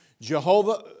Jehovah